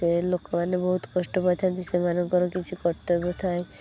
ସେ ଲୋକମାନେ ବହୁତ କଷ୍ଟ ପାଇଥାନ୍ତି ସେମାନଙ୍କର କିଛି କର୍ତ୍ତବ୍ୟ ଥାଏ